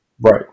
Right